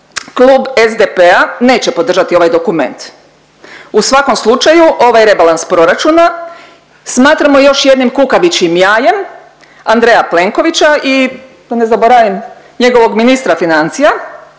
klub SDP-a neće podržati ovaj dokument. U svakom slučaju ovaj rebalans proračuna smatramo još jednim kukavičjim jajem Andreja Plenkovića i da ne zaboravim njegovog ministra financija,